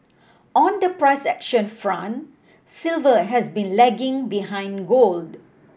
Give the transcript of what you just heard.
on the price action front silver has been lagging behind gold